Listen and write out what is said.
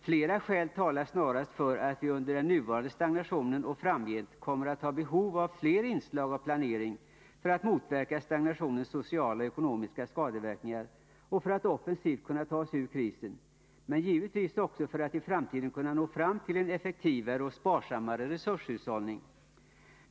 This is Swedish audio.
Flera skäl talar snarast för att vi under den nuvarande stagnationen och framgent kommer att ha behov av fler inslag av planering för att motverka stagnationens sociala och ekonomiska skadeverkningar och för att offensivt kunna ta oss ur krisen men givetvis också för att i framtiden kunna nå fram till en effektivare och sparsammare resurshushållning.